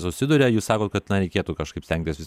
susiduria jūs sakot kad na reikėtų kažkaip stengtis vis